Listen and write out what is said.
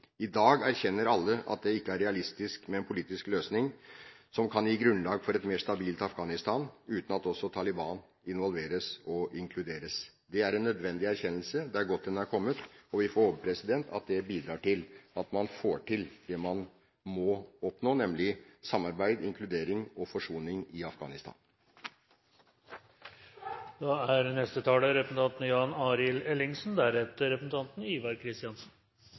I dag erkjenner alle at det ikke er realistisk med en politisk løsning som kan gi grunnlag for et mer stabilt Afghanistan uten at også Taliban involveres og inkluderes. Det er en nødvendig erkjennelse, det er godt den er kommet, og vi får håpe at det bidrar til at man får til det man må oppnå, nemlig samarbeid, inkludering og forsoning i